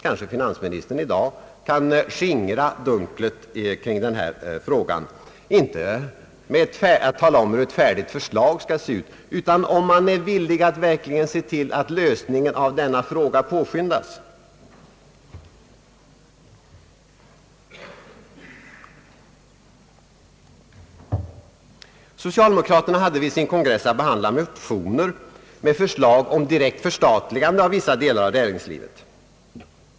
Kanske finansministern i dag kan skingra dunklet kring denna fråga, inte genom att tala om hur ett färdigt förslag skall se ut, utan genom att säga om han är villig att se till att lösningen på denna fråga påskyndas. Socialdemokraterna hade vid sin kongress i somras att behandla motioner med förslag om direkt förstatligan Allmänpolitisk debatt de av vissa delar av näringslivet.